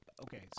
Okay